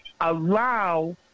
allow